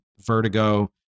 Vertigo